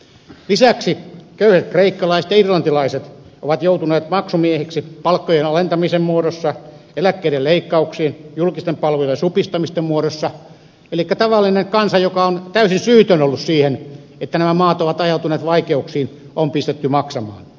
lisäksi köyhät kreikkalaiset ja irlantilaiset ovat joutuneet maksumiehiksi palkkojen alentamisen muodossa eläkkeiden leikkauksien julkisten palveluiden supistamisten muodossa elikkä tavallinen kansa joka on täysin syytön ollut siihen että nämä maat ovat ajautuneet vaikeuksiin on pistetty maksamaan